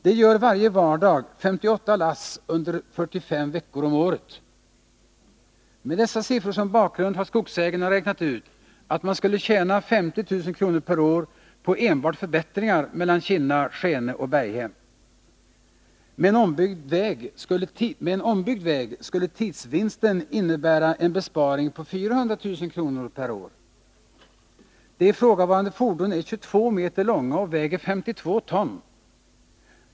Det gör varje vardag 58 lass under 45 veckor om året. Med dessa siffror som bakgrund har skogsägarna räknat ut att man skulle tjäna 50 000 kr. per år enbart på förbättringar mellan Kinna, Skene och Berghem. Med en ombyggd väg skulle tidsvinsten innebära en besparing på 400 000 kr. per år. De ifrågavarande fordonen är 22 meter långa och väger 52 ton.